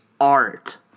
art